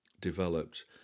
developed